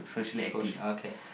social okay